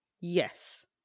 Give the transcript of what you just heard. yes